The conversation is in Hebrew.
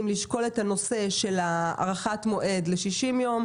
לשקול את הנושא של הארכת מועד ל-60 יום,